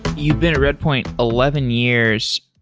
you've been at redpoint eleven years.